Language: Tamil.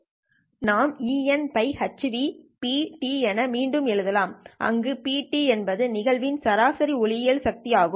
நாம் ehPt என மீண்டும் எழுதலாம் அங்கு P என்பது நிகழ்வின் சராசரி ஒளியியல் சக்தி ஆகும்